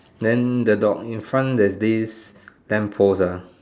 then the dog in front there is this lamp post ah